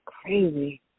Crazy